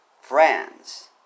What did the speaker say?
Friends